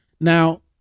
Now